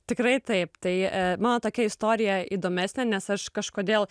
tikrai taip tai man tokia istorija įdomesnė nes aš kažkodėl